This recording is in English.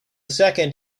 second